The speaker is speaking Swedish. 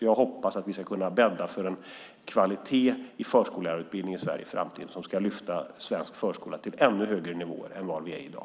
Jag hoppas att vi ska kunna bädda för en kvalitet i förskollärarutbildningen i Sverige i framtiden som ska lyfta svensk förskola till ännu högre nivåer än i dag.